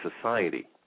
society